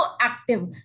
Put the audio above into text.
active